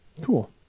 Cool